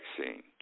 vaccine